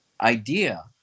idea